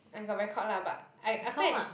I got record lah but I after that